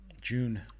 June